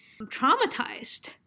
traumatized